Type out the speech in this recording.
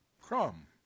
crumb